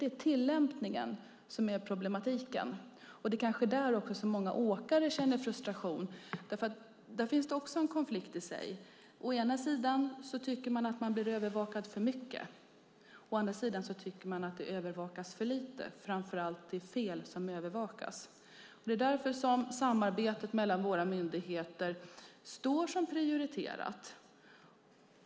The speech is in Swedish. Det är tillämpningen som är problematiken. Det är kanske där som många åkare känner frustration, för det är en konflikt i sig. Å ena sidan tycker man att man blir för övervakad, och å andra sidan tycker man att det övervakas för lite, framför allt att det är fel fordon som övervakas. Det är därför som samarbetet mellan våra myndigheter står som prioriterat.